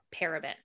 paraben